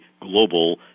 global